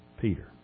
Peter